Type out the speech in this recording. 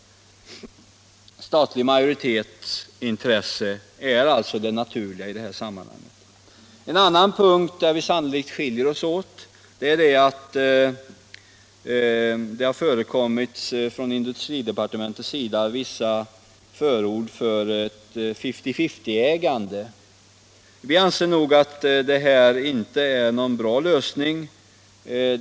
Statligt majoritetsintresse är alltså det naturliga i detta sammanhang. En annan punkt där vi sannolikt skiljer oss åt är industridepartementets förord för ett fifty-fifty-ägande. Vi anser att det inte är en bra lösning.